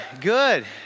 good